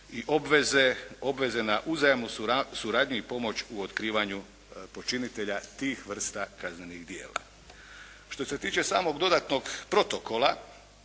i obveze na uzajamnu suradnju i pomoć u otkrivanju počinitelja tih vrsta kaznenih djela. Što se tiče samog dodatnog protokola